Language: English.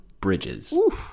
Bridges